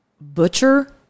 butcher